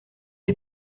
est